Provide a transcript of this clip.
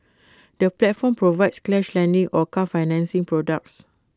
the platform provides cash lending and car financing products